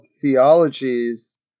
theologies